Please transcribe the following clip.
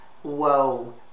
whoa